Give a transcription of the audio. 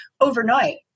overnight